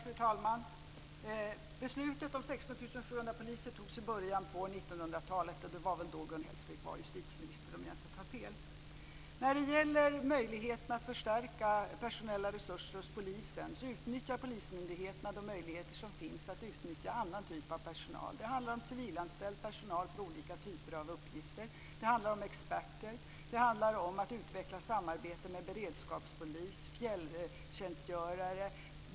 Fru talman! Beslutet om 16 700 poliser fattades i början av 90-talet. Det var väl då Gun Hellsvik var justitieminister om jag inte tar fel. När det gäller möjligheten att förstärka personella resurser hos polisen använder sig polismyndigheterna av de möjligheter som finns för att utnyttja annan typ av personal. Det handlar om civilanställd personal i olika typer av uppgifter. Det handlar om experter. Det handlar om att utveckla samarbete med beredskapspolis och fjälltjänstgörare.